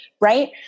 Right